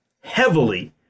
heavily